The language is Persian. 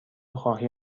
خواهی